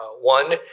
One